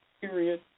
period